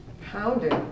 pounded